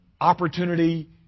opportunity